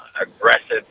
aggressive